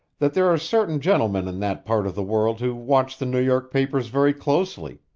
that there are certain gentlemen in that part of the world who watch the new york papers very closely.